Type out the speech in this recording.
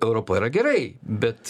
europa yra gerai bet